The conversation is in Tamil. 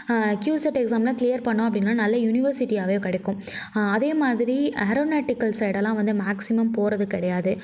கியு செட் எக்ஸாம்யெலாம் க்ளியர் பண்ணிணோம் அப்படினா நல்ல யுனிவர்சிட்டியாகவே கிடைக்கும் அதே மாதிரி ஆரோனாட்டிக்கல் சைட்டெலாம் வந்து மேக்ஸிமம் போவது கிடையாது